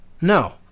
No